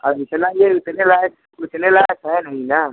अब इतना यह उतने लायक उतने लायक है नहीं न